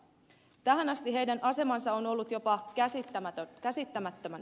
tähän asti heidän asemansa on ollut jopa käsittämättömän huono